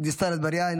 דיסטל אטבריאן,